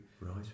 Right